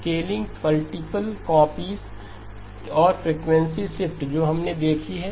scaling multiple copies और frequency shift जो हमने देखी है